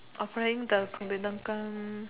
offering the